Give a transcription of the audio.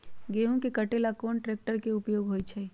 गेंहू के कटे ला कोंन ट्रेक्टर के उपयोग होइ छई?